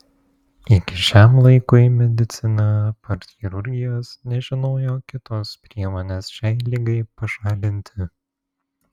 iki šiam laikui medicina apart chirurgijos nežinojo kitos priemonės šiai ligai pašalinti